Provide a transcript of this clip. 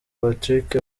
patrick